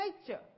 nature